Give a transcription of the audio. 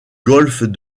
golfe